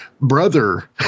brother